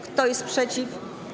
Kto jest przeciw?